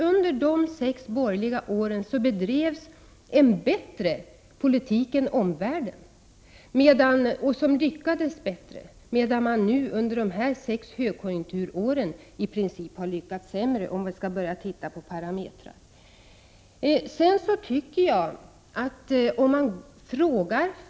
Under de sex borgerliga åren bedrevs en bättre politik — en politik som lyckades bättre — än i omvärlden, medan man under de sex högkonjunkturåren i princip har lyckats sämre, om vi skall se på parametrar.